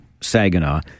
Saginaw